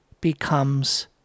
becomes